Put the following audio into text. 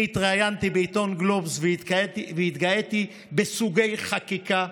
אני התראיינתי בעיתון גלובס והתגאיתי בסוגי חקיקה,